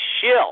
shill